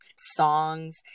songs